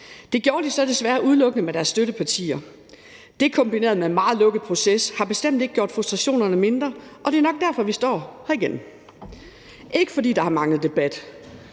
Det gjorde de så desværre udelukkende med deres støttepartier, og det kombineret med en meget lukket proces har bestemt ikke gjort frustrationerne mindre. Og det er nok derfor, vi står her igen. Det er ikke, fordi der har manglet debat.